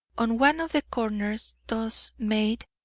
on one of the corners thus made,